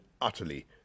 utterly